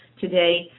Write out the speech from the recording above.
today